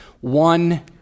One